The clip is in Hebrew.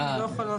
אני לא יכולה.